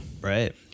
Right